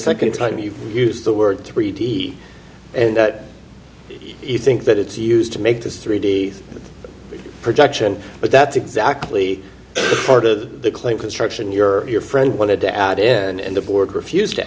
second time you use the word three d and you think that it's used to make this three d production but that's exactly part of the claim construction your friend wanted to add in and the board refused t